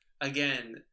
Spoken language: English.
again